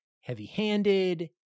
heavy-handed